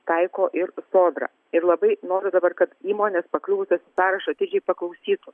taiko ir sodra ir labai noriu dabar kad įmonės pakliuvusios į sąrašą atidžiai paklausytų